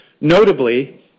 Notably